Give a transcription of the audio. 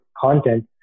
content